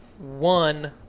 one